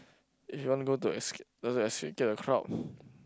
if you want to go to escape to escape get the crowd